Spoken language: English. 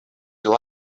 you